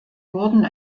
wurden